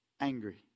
angry